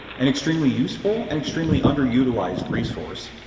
an extremely useful and extremely underutilized resource,